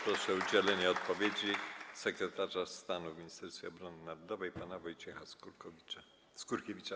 Proszę o udzielenie odpowiedzi sekretarza stanu w Ministerstwie Obrony Narodowej pana Wojciecha Skurkiewicza.